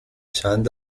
چند